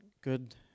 good